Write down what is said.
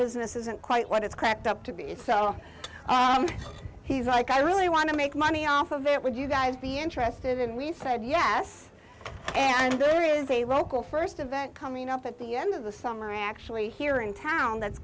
business isn't quite what it's cracked up to be in so he's like i really want to make money off of it would you guys be interested and we said yes and there is a local first event coming up at the end of the summer actually here in town that's